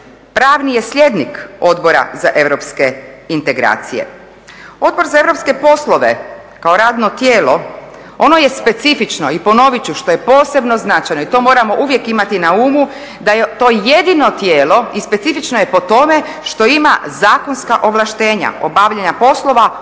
pravni je sljednik Odbor za europske integracije. Odbor za europske poslove kao radno tijelo ono je specifično i ponovit ću što je posebno značajno i to moramo uvijek imati na umu, da je to jedino tijelo i specifično je po tome što ima zakonska ovlaštenja obavljanja poslova